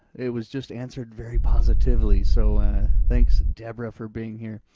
it was just answered very positively, so thanks debra for being here.